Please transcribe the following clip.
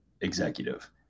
executive